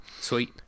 sweet